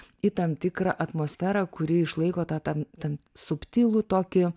į tam tikrą atmosferą kuri išlaiko tą ten ten subtilų tokį